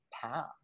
path